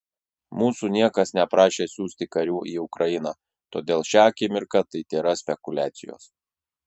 mūsų niekas neprašė siųsti karių į ukrainą todėl šią akimirką tai tėra spekuliacijos